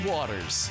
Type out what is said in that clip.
Waters